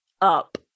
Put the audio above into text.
Up